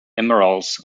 emeralds